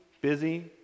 busy